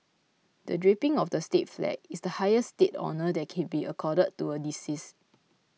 the draping of the state flag is the highest state honour that can be accorded to a decease